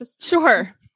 Sure